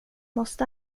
måste